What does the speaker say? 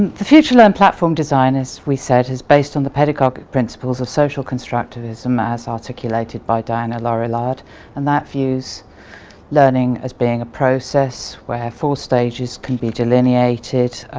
the futurelearn platform design as we said is based on the pedagogic principles of social constructivism as articulated by diana laurillard and that views learning as being a process were four stages can be delineated,